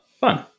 fun